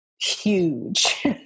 Huge